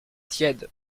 tiède